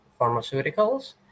pharmaceuticals